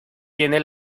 tiene